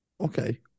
Okay